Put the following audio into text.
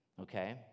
okay